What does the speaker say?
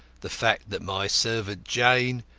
the fact that my servant, jane,